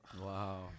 Wow